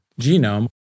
genome